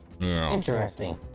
interesting